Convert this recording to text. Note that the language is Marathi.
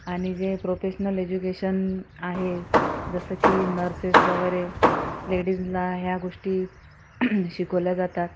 आणि जे प्रोफेशनल एज्युकेशन आहे जसं की नर्सेस वगैरे लेडीजला ह्या गोष्टी शिकवल्या जातात